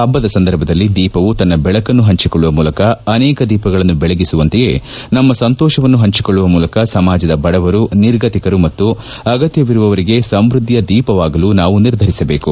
ಹಬ್ಬದ ಸಂದರ್ಭದಲ್ಲಿ ದೀಪವು ತನ್ನ ಬೆಳಕನ್ನು ಹಂಚಿಕೊಳ್ಳುವ ಮೂಲಕ ಅನೇಕ ದೀಪಗಳನ್ನು ಬೆಳಗಿಸುವಂತೆಯೇ ನಮ್ಮ ಸಂತೋಷವನ್ನು ಹಂಚಿಕೊಳ್ಳುವ ಮೂಲಕ ಸಮಾಜದ ಬಡವರು ನಿರ್ಗತಿಕರು ಮತ್ತು ಅಗತ್ಯವಿರುವವರಿಗೆ ಸಂವೃದ್ದಿಯ ದೀಪವಾಗಲು ನಾವು ನಿರ್ಧರಿಸಬೇಕು